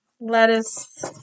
lettuce